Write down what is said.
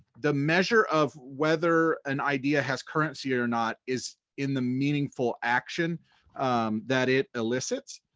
the measure of whether an idea has currency or not is in the meaningful action that it elicits.